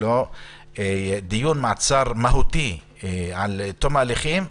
דיון מעצר מהותי עד תום ההליכים,